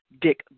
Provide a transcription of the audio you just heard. Dick